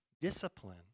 discipline